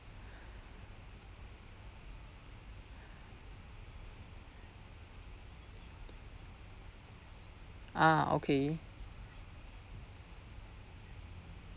ah okay